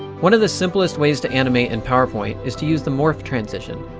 one of the simplest ways to animate in powerpoint, is to use the morph transition.